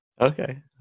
Okay